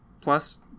Plus